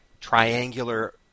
triangular